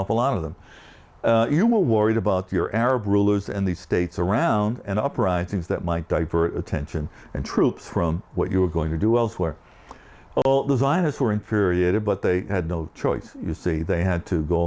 awful lot of them you were worried about your arab rulers and the states around and uprisings that might die for attention and troops from what you were going to do elsewhere designers were infuriated but they had no choice you see they had to go